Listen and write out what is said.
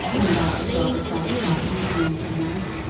and that is all the satisfaction i am to have?